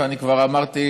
ואני כבר אמרתי,